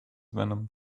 venom